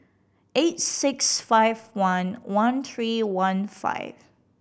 eight six five one one three one five